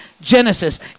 Genesis